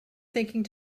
thinking